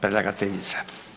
Predlagateljica.